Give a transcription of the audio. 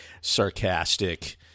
sarcastic